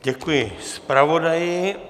Děkuji zpravodaji.